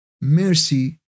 mercy